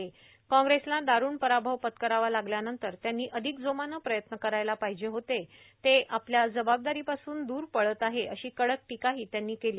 मात्र कॉंप्रेसला दारूण पराभव पत्करावा लागत्यानंतर त्यांनी अधिक जोमानं प्रयत्न करायला पाहिजे होते ते आपल्या जवाबदारीपासून दूर पळत आहेत अशी कडक टीकाही त्यांनी केली